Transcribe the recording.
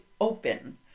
open